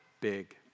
big